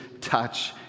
touch